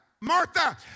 Martha